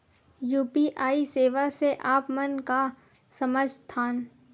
UPI सेवा से आप मन का समझ थान?